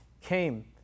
came